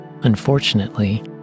Unfortunately